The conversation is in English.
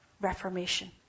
reformation